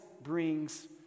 brings